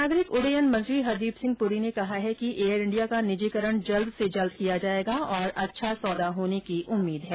नागरिक उड्डयन मंत्री हरदीप सिंह पूरी ने कहा है कि एयर इंडिया का निजीकरण जल्द से जल्द किया जाएगा और अच्छा सौदा होने की उम्मीद है